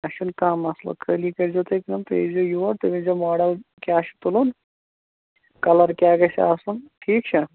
اَسہِ چھُنہٕ کانٛہہ مَسلہٕ خٲلی کٔرۍ زیٚو تُہۍ کٲم تُہۍ ییٖزیٚو یور تُہۍ ؤنۍ زیٚو ماڈَل کیٛاہ چھُ تُلُن کَلَر کیٛاہ گژھِ آسُن ٹھیٖک چھا